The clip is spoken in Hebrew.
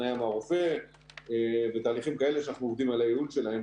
הפניה מהרופא ותהליכים כאלה שאנחנו עובדים על הייעול שלהם,